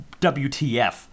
WTF